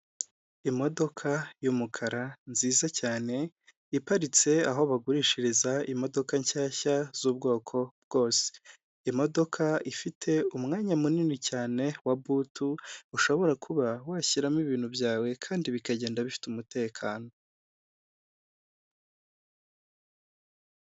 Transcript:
Imodoka y'umukara nziza cyane iparitse aho bagurishiriza imodoka nshyashya z'ubwoko bwose, imodoka ifite umwanya munini cyane wa butu ushobora kuba washyiramo ibintu byawe kandi bikagenda bifite umutekano.